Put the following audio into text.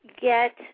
get